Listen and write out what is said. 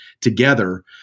together